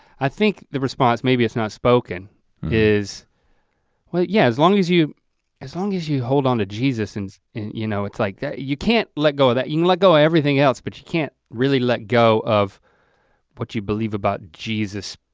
i think the response maybe it's not spoken is well yeah, as long as you as long as you hold on to jesus and you know it's like that, you can't let go of that. you can let go everything else but you can't really let go of what you believe about jesus